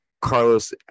Carlos